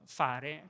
fare